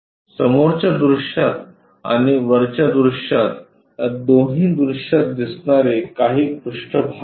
समोरच्या दृश्यात आणि वरच्या दृश्यात या दोन्ही दृश्यात दिसणारे काही पृष्ठभाग आहेत